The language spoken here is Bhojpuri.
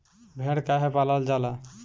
भेड़ काहे पालल जाला?